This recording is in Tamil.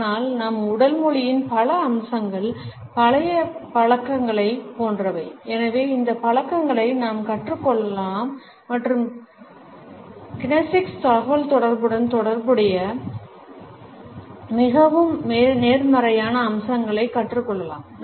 ஆனால் நம் உடல் மொழியின் பல அம்சங்கள் பழைய பழக்கங்களைப் போன்றவை எனவே இந்த பழக்கங்களை நாம் கற்றுக் கொள்ளலாம் மற்றும் கினெசிக்ஸ் தகவல்தொடர்புடன் தொடர்புடைய மிகவும் நேர்மறையான அம்சங்களைக் கற்றுக்கொள்ளலாம்